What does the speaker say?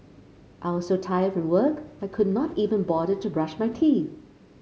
I was so tired from work I could not even bother to brush my teeth